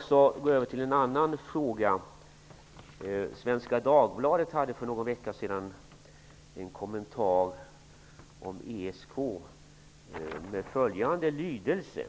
Svenska Dagbladet gjorde för någon vecka sedan en kommentar till ESK med följande lydelse: